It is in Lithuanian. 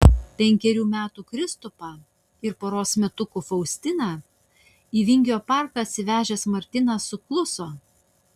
penkerių metų kristupą ir poros metukų faustiną į vingio parką atsivežęs martynas sukluso